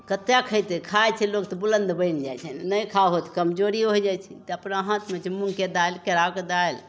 कते खयतय खाय छै लोक तऽ बुलन्द बनि जाइ छै नहि खाहो तऽ कमजोरी हो जाइ छै तऽ अपना हाथमे छै मूँगके दालि केराउके दालि